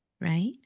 right